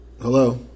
Hello